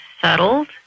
settled